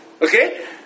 Okay